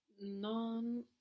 Non